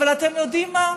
אבל אתם יודעים מה?